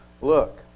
look